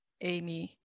Amy